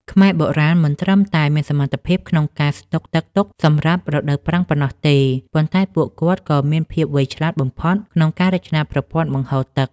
ខ្មែរបុរាណមិនត្រឹមតែមានសមត្ថភាពក្នុងការស្ដុកទឹកទុកសម្រាប់រដូវប្រាំងប៉ុណ្ណោះទេ ប៉ុន្តែពួកគាត់ក៏មានភាពវៃឆ្លាតបំផុតក្នុងការរចនាប្រព័ន្ធបង្ហូរទឹក។